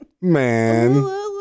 Man